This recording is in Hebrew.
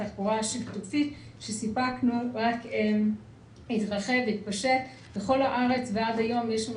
התחבורה השיתופית שסיפקנו רק התרחבה והתפשטה בכל הארץ ועד היום יש לנו